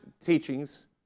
teachings